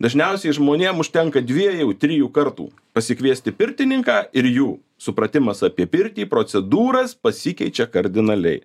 dažniausiai žmonėm užtenka dviejų trijų kartų pasikviesti pirtininką ir jų supratimas apie pirtį procedūras pasikeičia kardinaliai